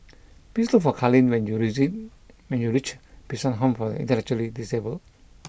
please look for Kalene when you reason when you reach Bishan Home for the intellectually disabled